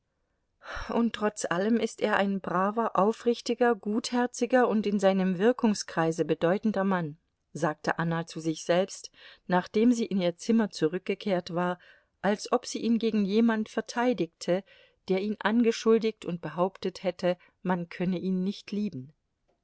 und trotz allem ist er ein braver aufrichtiger gutherziger und in seinem wirkungskreise bedeutender mann sagte anna zu sich selbst nachdem sie in ihr zimmer zurückgekehrt war als ob sie ihn gegen jemand verteidigte der ihn angeschuldigt und behauptet hätte man könne ihn nicht lieben